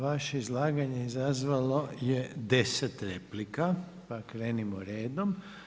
Vaše izlaganje izazvalo je 10 replika, pa krenimo redom.